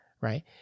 right